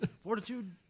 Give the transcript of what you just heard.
fortitude